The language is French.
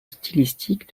stylistique